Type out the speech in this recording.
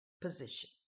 position